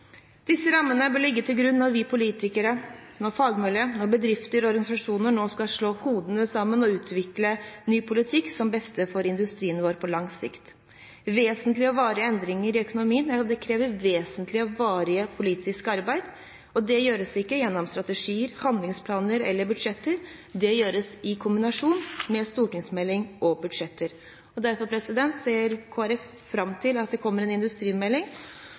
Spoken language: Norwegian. Disse rammene bør ligge til grunn når vi politikere, fagmiljø, bedrifter og organisasjoner nå skal slå hodene sammen og utvikle ny politikk som er best for industrien vår på lang sikt. Vesentlige og varige endringer i økonomien krever vesentlig og varig politisk arbeid. Det gjøres ikke gjennom strategier, handlingsplaner eller budsjetter. Det gjøres i en kombinasjon av stortingsmelding og budsjetter. Derfor ser Kristelig Folkeparti fram til at det kommer en industrimelding.